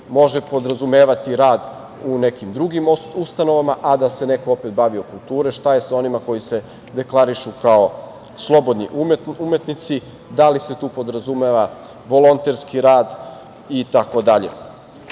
može podrazumevati rad u nekim drugim ustanovama, a da se neko opet bavio kulturom, šta je sa onima koji se deklarišu kao slobodni umetnici, da li se tu podrazumeva volonterski rad itd. Iskoristiću